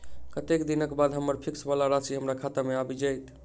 कत्तेक दिनक बाद हम्मर फिक्स वला राशि हमरा खाता मे आबि जैत?